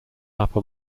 upper